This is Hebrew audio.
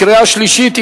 לקריאה שלישית.